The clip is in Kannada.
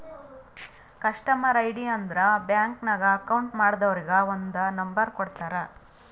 ಕಸ್ಟಮರ್ ಐ.ಡಿ ಅಂದುರ್ ಬ್ಯಾಂಕ್ ನಾಗ್ ಅಕೌಂಟ್ ಮಾಡ್ದವರಿಗ್ ಒಂದ್ ನಂಬರ್ ಕೊಡ್ತಾರ್